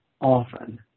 often